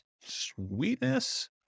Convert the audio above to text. Sweetness